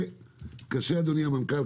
אדוני המנכ"ל,